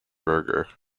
berger